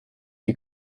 die